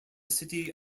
city